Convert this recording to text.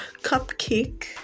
cupcake